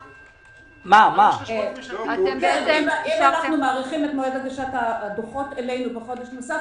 אם אנחנו מאריכים את מועד הגשת הדוחות אלינו בחודש נוסף,